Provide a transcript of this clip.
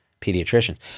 pediatricians